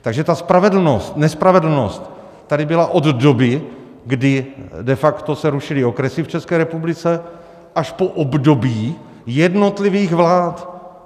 Takže ta spravedlnost nespravedlnost tady byla od doby, kdy de facto se rušily okresy v České republice až po období jednotlivých vlád.